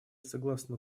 согласна